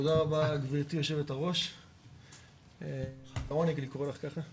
אפשר לעשות אותם בלי --